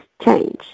change